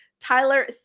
Tyler